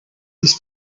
this